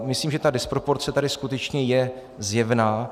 Myslím, že ta disproporce tady skutečně je zjevná.